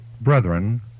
Brethren